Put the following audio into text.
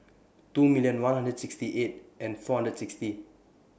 two million one hundred and sixty eight and four hundred and sixty